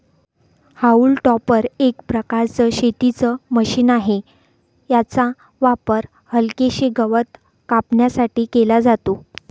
haulm topper एक प्रकारचं शेतीच मशीन आहे, याचा वापर हलकेसे गवत कापण्यासाठी केला जातो